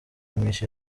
kamichi